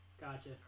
Gotcha